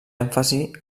èmfasi